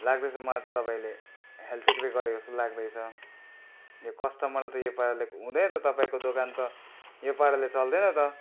लाग्दैछ मलाई त तपाईँले हेल्चेक्र्याईँ गरेको जस्तो लाग्दैछ यो कस्टमरलाई त यो पाराले हुँदैन त तपाईँको दोकान त यो पाराले चल्दैन त